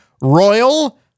Royal